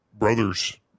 brothers